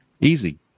Easy